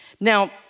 Now